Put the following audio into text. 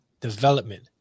development